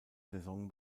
saison